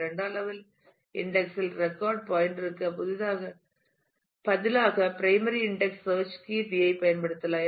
இரண்டாம்லெவல் index இல் record பாயின்டர்க்கு பதிலாக பிரைமரி இன்டெக்ஸ் சேர்ச் கீ யைப் பயன்படுத்துகிறோம்